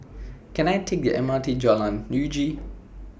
Can I Take The M R T Jalan Uji